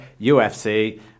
UFC